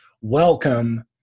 welcome